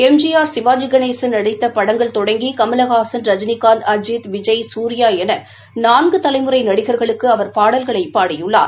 M G R Sivaji Ganesan நடித்த படங்கள் தொடங்கி கமலஹாகன் ரஜினிகாந்த் அஜித் விஜய் சூரியா என நான்கு தலைமுறை நடிகர்களுக்கு அவர் பாடல்களை பாடியுள்ளார்